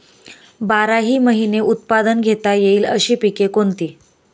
बाराही महिने उत्पादन घेता येईल अशी पिके कोणती?